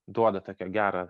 duoda tokią gerą